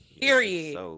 Period